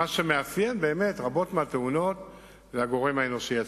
מה שמאפיין באמת רבות מהתאונות זה הגורם האנושי עצמו.